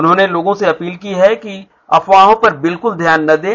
उन्होंने लोगों से अपील की है कि अफवाहों पर बिल्कुल ध्यान ना दें